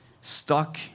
stuck